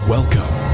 Welcome